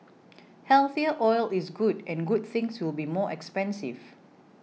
healthier oil is good and good things will be more expensive